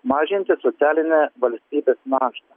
mažinti socialinę valstybės naštą